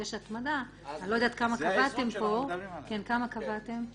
אני לא יודעת כמה קבעתם פה, כמה קבעתם?